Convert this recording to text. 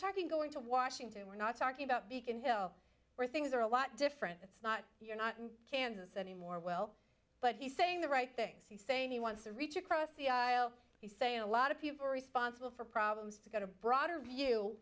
talking going to washington we're not talking about beacon hill where things are a lot different that's not you're not in kansas anymore well but he's saying the right things he's saying he wants to reach across the aisle he's saying a lot of people responsible for problems to get a broader view